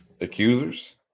accusers